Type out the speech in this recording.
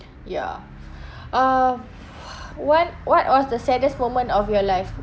ya uh what what was the saddest moment of your life